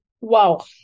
Wow